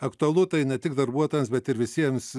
aktualu tai ne tik darbuotojams bet ir visiems